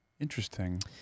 Interesting